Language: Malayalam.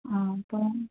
ആഹ് അപ്പോൾ